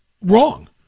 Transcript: wrong